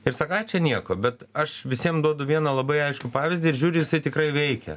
ir sako ai čia nieko bet aš visiem duodu vieną labai aiškų pavyzdį ir žiūriu jisai tikrai veikia